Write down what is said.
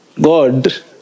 God